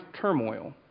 turmoil